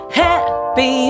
happy